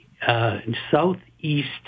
southeast